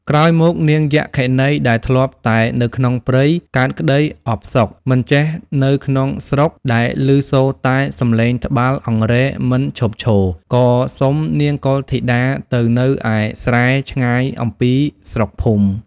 ក្រោយមក នាងយក្ខិនីដែលធ្លាប់តែនៅក្នុងព្រៃ កើតក្តីអផ្សុក មិនចេះនៅក្នុងស្រុកដែលឮសូរតែសំឡេងត្បាល់អង្រែមិនឈប់ឈរ ក៏សុំនាងកុលធីតាទៅនៅឯស្រែឆ្ងាយអំពីស្រុក ភូមិ។